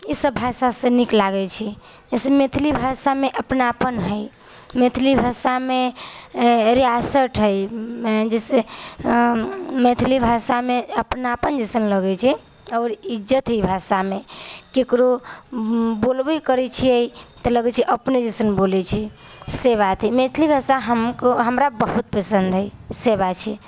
ईसब भाषासँ नीक लागै छै जइसे मैथिली भाषामे अपनापन हइ मैथिली भाषामे रियासठ हइ जइसे मैथिली भाषामे अपनापन जइसन लगै छै आओर इज्जत हइ ई भाषामे ककरो बोलबै करै छिए तऽ लगै छै अपने जइसन बोलै छै से बात हइ मैथिली भाषा हमको हमरा बहुत पसन्द हइ से बात छै